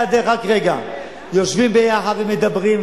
יושבים ביחד ומדברים,